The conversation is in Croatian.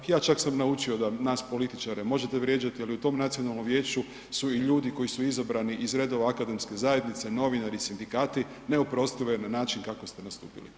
Ja čak sam naučio da nas političare možete vrijeđati, ali u tom Nacionalnom vijeću su i ljudi koji su izabrani iz redova akademske zajednice, novinari, sindikati, neoprostivo je na način kako ste nastupili.